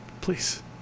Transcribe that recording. Please